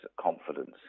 confidence